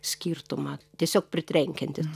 skirtumą tiesiog pritrenkiantis